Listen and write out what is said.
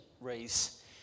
race